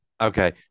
Okay